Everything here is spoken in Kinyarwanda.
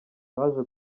baje